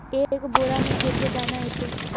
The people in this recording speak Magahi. एक बोड़ा में कते दाना ऐते?